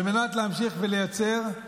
על מנת להמשיך ולייצר,